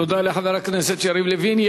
תודה לחבר הכנסת יריב לוין.